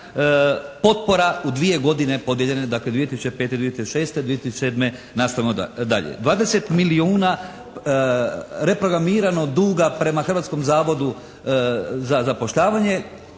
potpora u dvije godine podijeljene, dakle 2005., 2006., 2007. nastavno dalje. 20 milijuna reprogramirano duga prema Hrvatskom zavodu za zapošljavanje.